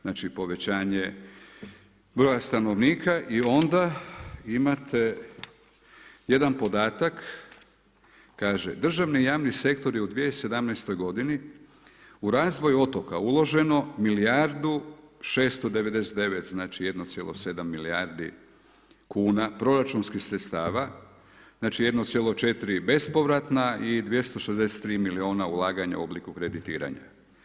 Znači, povećanje broja stanovnika i onda imate jedan podatak, kaže: Državni javni sektor je u 2017.-toj godini u razvoj otoka uloženo milijardu 699, znači, 1,7 milijardi kuna proračunskih sredstava, znači 1,4 bespovratna i 263 milijuna ulaganja u obliku kreditiranja.